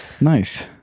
Nice